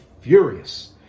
furious